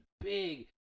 big